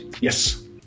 Yes